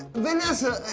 vanessa,